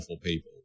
people